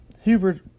Hubert